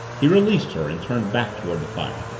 he released her and turned back toward the fire.